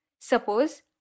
Suppose